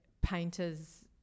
painters